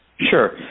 sure